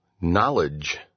Knowledge